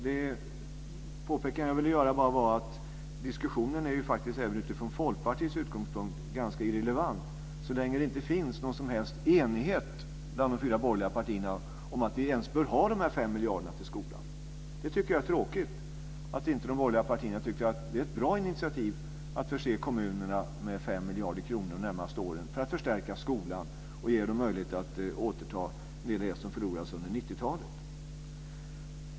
Det påpekande jag vill göra är att diskussionen faktiskt även ur Folkpartiets utgångspunkt är ganska irrelevant så länge det inte finns någon som helst enighet bland de fyra borgerliga partierna om att vi ens bör ha dessa 5 miljarder kronor till skolan. Jag tycker att det är tråkigt att de borgerliga partierna inte tycker att det är ett bra initiativ att förse kommunerna med 5 miljarder kronor de närmaste åren för att förstärka skolan och ge den möjligheter att återta en del av det som förlorades under 90-talet.